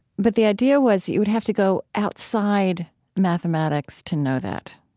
but the idea was you would have to go outside mathematics to know that.